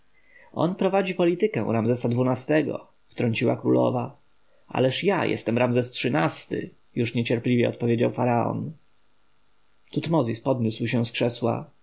prowadzi politykę ramzesa xii-go wtrąciła królowa ależ ja jestem ramzes xiii-ty już niecierpliwie odpowiedział faraon tutmozis podniósł się z krzesła